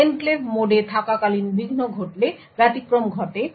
enclave মোডে থাকাকালীন বিঘ্ন ঘটলে ব্যতিক্রম ঘটে